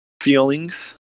feelings